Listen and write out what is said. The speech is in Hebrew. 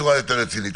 בצורה יותר רצינית.